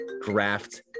graft